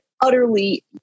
utterly